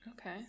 Okay